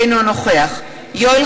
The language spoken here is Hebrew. אינו נוכח יואל